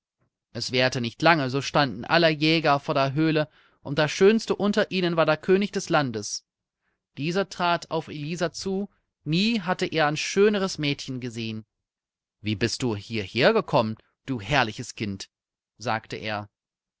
es währte nicht lange so standen alle jäger vor der höhle und der schönste unter ihnen war der könig des landes dieser trat auf elisa zu nie hatte er ein schöneres mädchen gesehen wie bist du hierher gekommen du herrliches kind sagte er